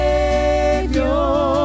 Savior